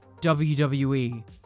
WWE